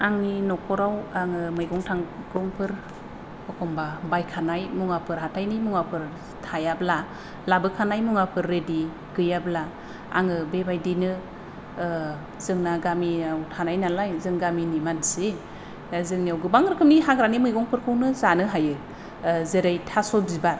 आंनि न'खराव आङो मैगं थायगंफोर एखनब्ला बायखानाय मुवाफोर हाथायनि मुवाफोर थायाब्ला लाबोखानाय मुवाफोर रेदि गैयाब्ला आङो बेबादिनो जोंना गामियाव थानाय नालाय जों गामिनि मानसि जोंनियाव गोबां रोखोमनि हाग्रानि मैगंफोरखौनो जानो हायो जेरै थास' बिबार